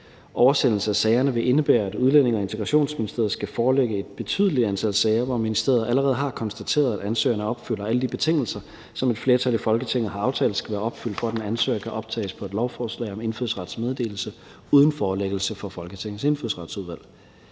Oversendelse af sagerne vil indebære, at Udlændinge- og Integrationsministeriet skal forelægge et betydeligt antal sager, hvor ministeriet allerede har konstateret, at ansøgeren opfylder alle de betingelser, som et flertal i Folketinget har aftalt skal være opfyldt, for at en ansøger kan optages på et lovforslag om indfødsrets meddelelse uden forelæggelse for Folketingets Indfødsretsudvalg.